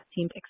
seemed